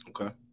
Okay